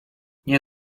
nie